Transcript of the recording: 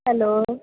hello